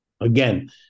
Again